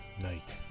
Night